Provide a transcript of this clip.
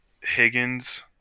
Higgins